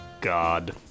God